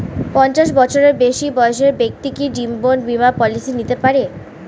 পঞ্চাশ বছরের বেশি বয়সের ব্যক্তি কি জীবন বীমা পলিসি নিতে পারে?